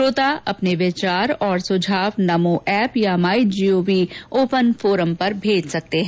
श्रोता अपने विचार और सुझाव नमो एप या माई जीओवी ओपन फोरम पर भेज सकते हैं